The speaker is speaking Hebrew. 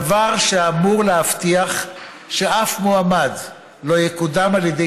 דבר שאמור להבטיח שאף מועמד לא יקודם על ידי